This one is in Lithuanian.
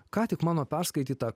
ką tik mano perskaityta